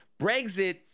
Brexit